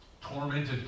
tormented